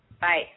Bye